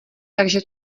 takže